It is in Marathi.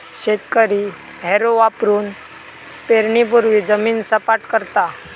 शेतकरी हॅरो वापरुन पेरणीपूर्वी जमीन सपाट करता